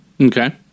Okay